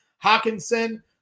Hawkinson